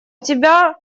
тебя